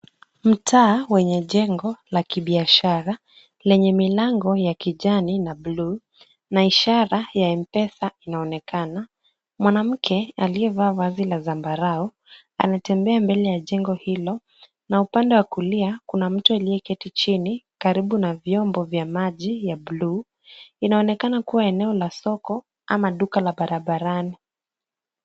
Mtaa wenye jengo la kibiashara, lenye milango ya kijani na bluu na ishara ya M-pesa inaonekana. Mwanamke aliyevaa vazi la zambarau anatembea mbele ya jengo hilo na upande wa kulia kuna mtu aliyeketi chini karibu na vyombo vya maji ya bluu. Inaonekana kuwa eneo la soko ama duka la barabarani.